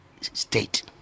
state